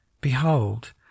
behold